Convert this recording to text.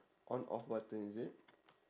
on off button is it